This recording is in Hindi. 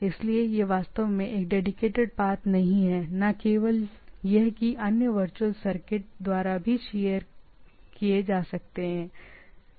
इसलिए यह वास्तव में एक डेडीकेटेड पाथ नहीं है न केवल यह कि अन्य वर्चुअल सर्किट द्वारा भी शेयर किए जा सकते हैं ठीक है